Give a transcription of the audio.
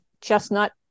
chestnut